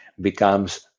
becomes